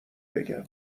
بگم